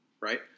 right